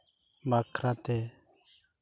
ᱵᱟᱠᱷᱨᱟᱛᱮ